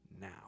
now